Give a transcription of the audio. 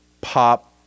pop